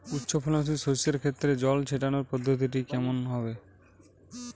উচ্চফলনশীল শস্যের ক্ষেত্রে জল ছেটানোর পদ্ধতিটি কমন হবে?